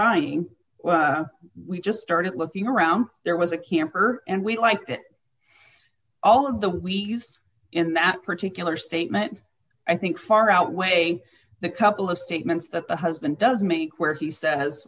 buying we just started looking around there was a camper and we like that all of the we used in that particular statement i think far outweigh the couple of statements that the husband does make where he